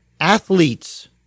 athletes